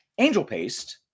AngelPaste